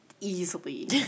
easily